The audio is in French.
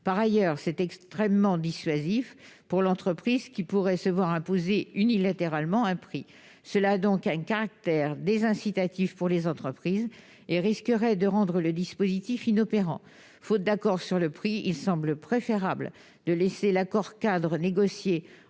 Par ailleurs, c'est extrêmement dissuasif pour l'entreprise, qui pourrait se voir imposer unilatéralement un prix. Une telle mesure, qui possède donc un caractère désincitatif pour les entreprises, risque de rendre le dispositif inopérant. Faute d'accord sur le prix, il semble préférable de conserver l'accord-cadre négocié